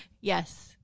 yes